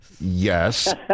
Yes